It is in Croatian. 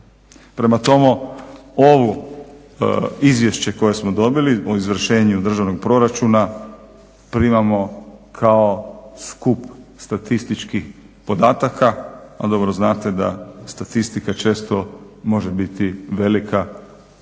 Prema tome, ovo izvješće koje smo dobili o izvršenju državnog proračuna primamo kao skup statističkih podataka, a dobro znate da statistika često može biti velika